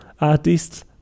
Artists